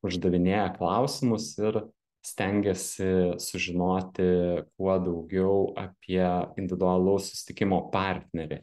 uždavinėja klausimus ir stengiasi sužinoti kuo daugiau apie individualaus susitikimo partnerį